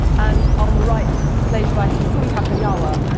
and on the right, played by sessue hayakawa,